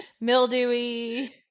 mildewy